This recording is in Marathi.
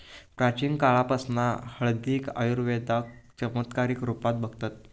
प्राचीन काळापासना हळदीक आयुर्वेदात चमत्कारीक रुपात बघतत